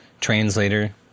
translator